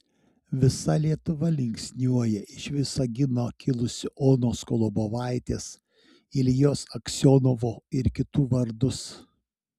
visa lietuva linksniuoja iš visagino kilusių onos kolobovaitės iljos aksionovo ir kitų vardus